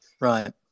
Right